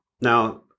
Now